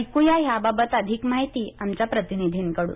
ऐक्या याबाबत अधिक माहिती आमच्या प्रतिनिधीकडून